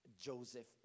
Joseph